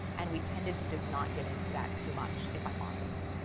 and we tended to just not get into that too much, if i'm honest.